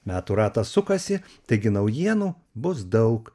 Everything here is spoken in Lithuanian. metų ratas sukasi taigi naujienų bus daug